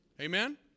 Amen